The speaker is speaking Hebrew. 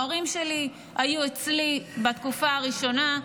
ההורים שלי היו אצלי בתקופה הראשונה,